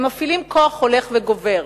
הם מפעילים כוח הולך וגובר,